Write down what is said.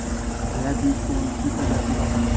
यह बीज कौन सी प्रजाति का है?